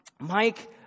Mike